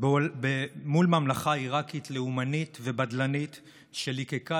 מול ממלכה עיראקית לאומנית ובדלנית שליקקה